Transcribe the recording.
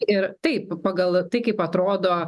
ir taip pagal tai kaip atrodo